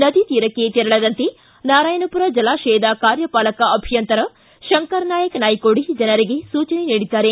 ನದಿ ತೀರಕ್ಷೆ ತೆರಳದಂತೆ ನಾರಾಯಣಪುರ ಜಲಾಶಯದ ಕಾರ್ಯಪಾಲಕ ಅಭಿಯಂತರ ಶಂಕರ್ ನಾಯ್ಕ್ ನಾಯ್ಕೋಡಿ ಜನರಿಗೆ ಸೂಚನೆ ನೀಡಿದ್ದಾರೆ